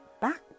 back